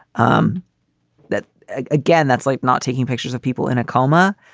um that ah again, that's like not taking pictures of people in a coma.